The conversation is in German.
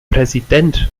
präsident